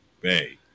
Bay